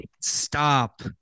Stop